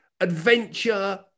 adventure